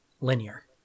linear